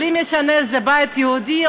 לא משנה אם זה הבית היהודי,